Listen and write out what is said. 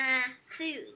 food